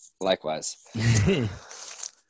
likewise